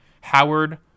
Howard